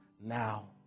now